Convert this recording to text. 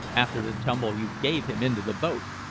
after the tumble you gave him into the boat!